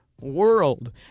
world